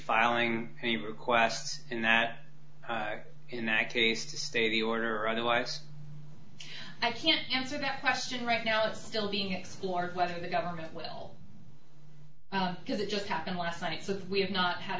filing any requests in that in that case to stay the order otherwise i can't answer that question right now it's still being explored whether the government will because it just happened last night so that we have not had